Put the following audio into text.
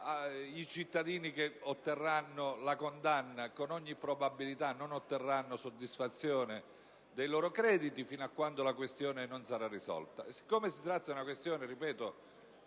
I cittadini che otterranno la condanna, con ogni probabilità non avranno soddisfazione dei loro crediti fino a quando la questione non sarà risolta.